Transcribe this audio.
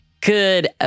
Good